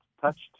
touched